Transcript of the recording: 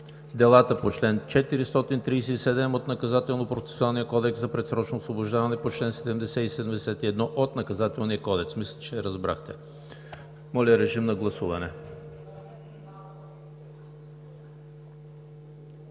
Делата по чл. 437 от Наказателно-процесуалния кодекс за предсрочно освобождаване по чл. 70 и 71 от Наказателния кодекс.“ Мисля, че разбрахте. Моля, режим на гласуване.